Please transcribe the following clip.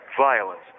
violence